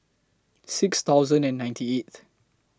six thousand and ninety eighth